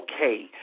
okay